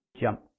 jump